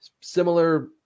similar